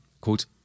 quote